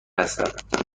هستم